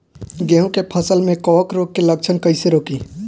गेहूं के फसल में कवक रोग के लक्षण कईसे रोकी?